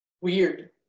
weird